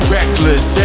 Reckless